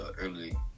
early